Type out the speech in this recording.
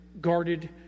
guarded